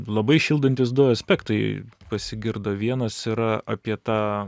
labai šildantys du aspektai pasigirdo vienas yra apie tą